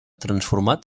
transformat